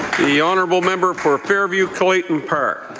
the honourable member for fairview clayton park.